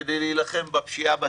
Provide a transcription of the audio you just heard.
כדי להילחם בפשיעה ובטרור,